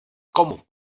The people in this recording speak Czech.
komu